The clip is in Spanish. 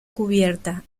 cubierta